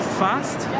fast